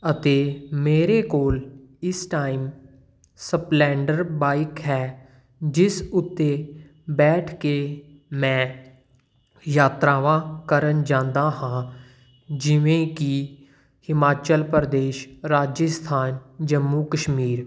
ਅਤੇ ਮੇਰੇ ਕੋਲ ਇਸ ਟਾਈਮ ਸਪਲੈਂਡਰ ਬਾਈਕ ਹੈ ਜਿਸ ਉੱਤੇ ਬੈਠ ਕੇ ਮੈਂ ਯਾਤਰਾਵਾਂ ਕਰਨ ਜਾਂਦਾ ਹਾਂ ਜਿਵੇਂ ਕਿ ਹਿਮਾਚਲ ਪ੍ਰਦੇਸ਼ ਰਾਜਸਥਾਨ ਜੰਮੂ ਕਸ਼ਮੀਰ